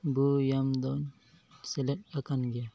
ᱵᱟᱹᱭ ᱟᱢ ᱫᱚᱢ ᱥᱮᱞᱮᱫ ᱟᱠᱟᱱ ᱜᱮᱭᱟ